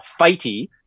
fighty